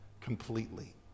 completely